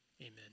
amen